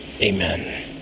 amen